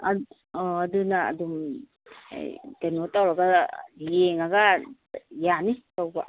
ꯑꯗꯨꯅ ꯑꯗꯨꯝ ꯀꯩꯅꯣ ꯇꯧꯔꯒ ꯌꯦꯡꯉꯒ ꯌꯥꯅꯤ ꯂꯧꯕ